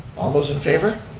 all those in favor?